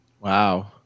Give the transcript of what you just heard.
Wow